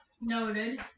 Noted